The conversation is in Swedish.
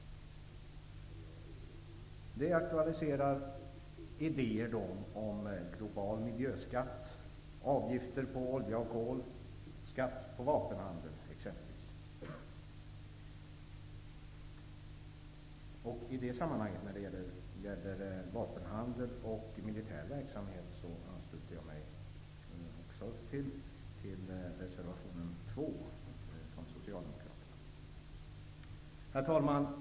Detta aktualiserar idéer om exempelvis en global miljöskatt, avgifter på olja och kol samt skatt på vapenhandel. När det gäller vapenhandeln och militär verksamhet ansluter jag mig till reservation Herr talman!